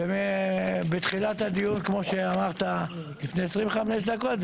ובתחילת הדיון כפי שאמרת לפני 25 דקות,